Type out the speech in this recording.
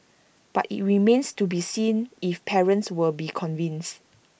but IT remains to be seen if parents will be convinced